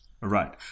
Right